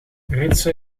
ritsen